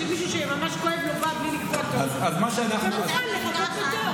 שמישהו שממש כואב לו בא בלי לקבוע תור ומוכן להמתין בתור.